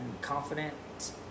confident